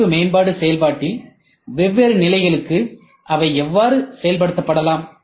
தயாரிப்பு மேம்பாட்டு செயல்பாட்டில் வெவ்வேறு நிலைகளுக்கு அவை எவ்வாறு செயல்படுத்தப்படலாம்